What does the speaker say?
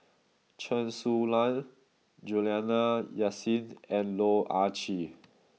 Chen Su Lan Juliana Yasin and Loh Ah Chee